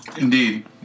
Indeed